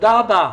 תודה רבה,